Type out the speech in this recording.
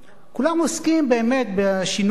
כולם עוסקים באמת בשינוי,